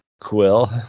Quill